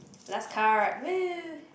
last card !whoo!